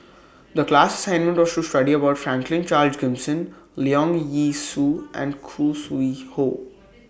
The class assignment was to study about Franklin Charles Gimson Leong Yee Soo and Khoo Sui Hoe